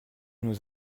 nous